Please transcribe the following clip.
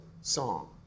song